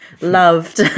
loved